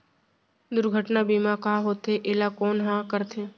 दुर्घटना बीमा का होथे, एला कोन ह करथे?